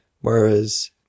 Whereas